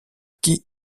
qui